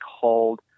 called